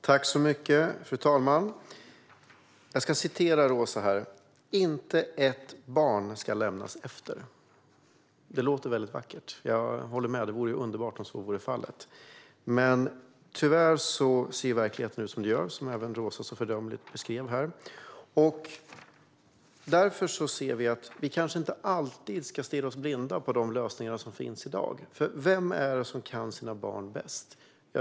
Fru talman! Jag vill återge vad Roza sa tidigare: Inte ett barn ska lämnas efter. Det låter väldigt vackert, och jag håller med om att det vore underbart om så var fallet. Tyvärr ser dock verkligheten ut som den gör, vilket Roza så föredömligt beskrev. Därför tycker vi att man kanske inte alltid ska stirra sig blind på de lösningar som finns i dag. För vem kan sina barn bäst?